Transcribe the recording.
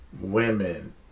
women